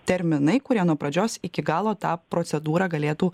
terminai kurie nuo pradžios iki galo tą procedūrą galėtų